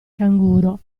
canguro